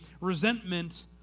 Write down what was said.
resentment